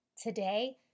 today